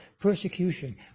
persecution